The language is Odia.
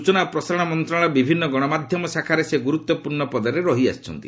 ସ୍କଚନା ଓ ପ୍ରସାରଣ ମନ୍ତ୍ରଶାଳୟର ବିଭିନ୍ନ ଗଣମାଧ୍ୟମ ଶାଖାରେ ସେ ଗୁରୁତ୍ୱପୂର୍ଣ୍ଣ ପଦରେ ରହିଆସିଛନ୍ତି